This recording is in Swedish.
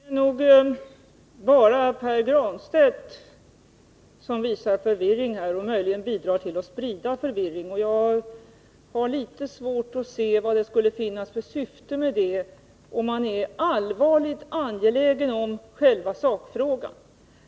Herr talman! Det är nog bara Pär Granstedt som visar förvirring och möjligen bidrar till att sprida förvirring. Jag har litet svårt att se vad det skulle finnas för syfte med det, om man är allvarligt angelägen om själva sakfrågan.